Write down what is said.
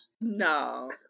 No